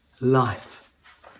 life